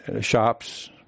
shops